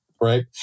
right